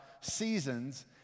seasons